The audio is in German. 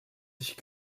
sich